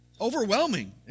overwhelming